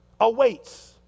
awaits